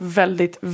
väldigt